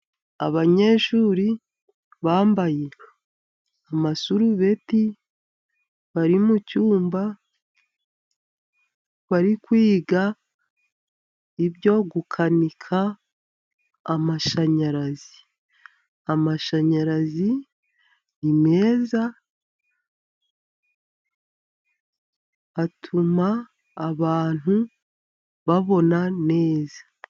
Abanyeshuri bambaye amasurubeti bari mu cyumba bari kwiga ibyo gukanika amashanyarazi. Amashanyarazi ni meza atuma abantu babona neza.